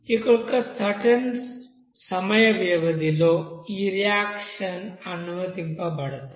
ఇక్కడ ఒక సర్టెన్ సమయ వ్యవధిలో ఈ రియాక్షన్స్ అనుమతించబడతాయి